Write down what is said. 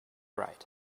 right